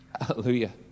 Hallelujah